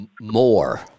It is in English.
More